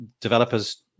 developers